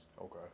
okay